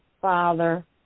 father